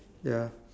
ya